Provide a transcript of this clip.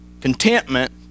contentment